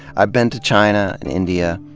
i've been to china and india.